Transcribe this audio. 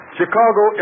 Chicago